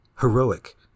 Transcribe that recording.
Heroic